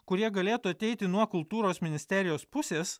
kurie galėtų ateiti nuo kultūros ministerijos pusės